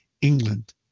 England